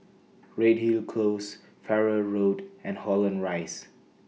Redhill Close Farrer Road and Holland Rise